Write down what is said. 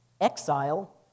exile